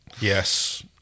Yes